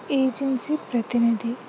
agency ప్రతినిధి